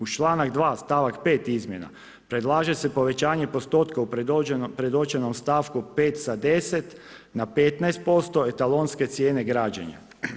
UZ čl.2 stavak 5 izmjena, predlaže se povećanje postotka u predočenom stavku 5 sa 10 na 15%, etalonske cijene građenja.